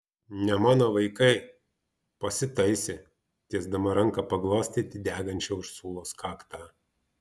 ne mano vaikai pasitaisė tiesdama ranką paglostyti degančią ursulos kaktą